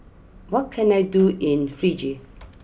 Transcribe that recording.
what can I do in Fiji